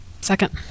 Second